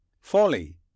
folly